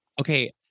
Okay